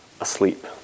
asleep